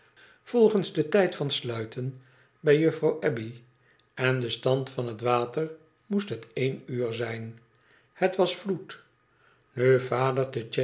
volgens den tijd van sluiten bij juffrouw abbey en den stand van het water moest het één uur zijn het was vloed nu vader te